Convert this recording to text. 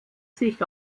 sich